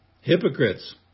Hypocrites